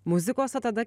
muzikos o tada